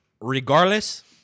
Regardless